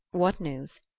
what news?